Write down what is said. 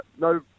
no